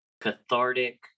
cathartic